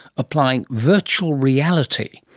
applying virtual reality,